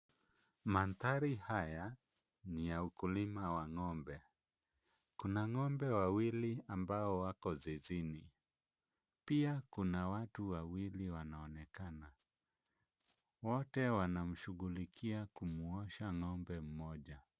Mandhari haya , ni ya ukulima wa ng'ombe , kuna ng'ombe wawili ambao wako zizini. Pia kuna watu wawili wanonekana wote wanamshughulikia kumwosha ng'ombe mmoja.